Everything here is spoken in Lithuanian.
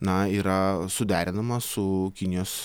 na yra suderinamas su kinijos